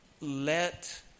let